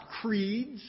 creeds